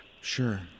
Sure